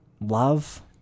love